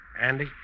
Andy